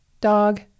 dog